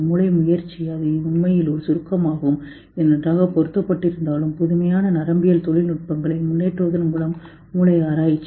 மூளை முயற்சி இது உண்மையில் ஒரு சுருக்கமாகும் இது நன்றாக பொருத்தப்பட்டிருந்தாலும் புதுமையான நரம்பியல் தொழில்நுட்பங்களை முன்னேற்றுவதன் மூலம் மூளை ஆராய்ச்சி